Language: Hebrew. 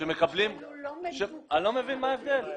אני אגיד לך מה.